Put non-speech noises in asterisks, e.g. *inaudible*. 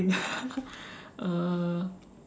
*laughs* uh